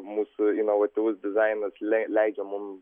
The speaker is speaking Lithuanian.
mūsų inovatyvus dizainas lei leidžia mums